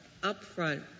upfront